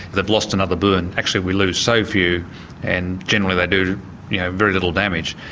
they've lost another burn. actually we lose so few and generally they do yeah very little damage.